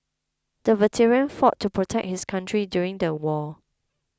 the veteran fought to protect his country during the war